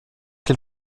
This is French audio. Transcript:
quel